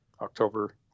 October